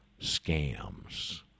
scams